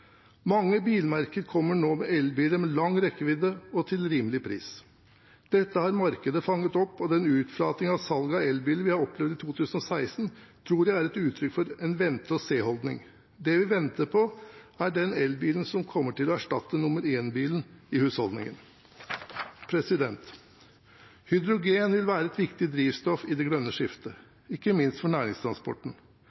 Mange bilmerker kommer nå med elbiler med lang rekkevidde og til rimelig pris. Dette har markedet fanget opp, og den utflatingen av salg av elbiler vi har opplevd i 2016, tror jeg er et uttrykk for en vente-og-se-holdning. Det vi venter på, er den elbilen som kommer til å erstatte nr. 1-bilen i husholdningen. Hydrogen vil være et viktig drivstoff i det grønne skiftet,